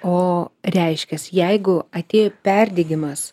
o reiškęs jeigu atėjo perdegimas